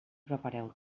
prepareu